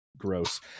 gross